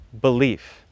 belief